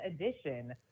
edition